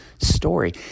story